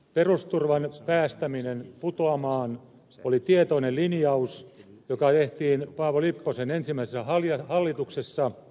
perusturvan päästäminen putoamaan oli tietoinen linjaus joka tehtiin paavo lipposen ensimmäisessä hallituksessa